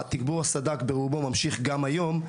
ברובו ממשיך גם היום,